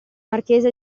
marchesa